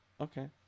Okay